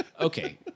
okay